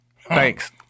Thanks